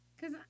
cause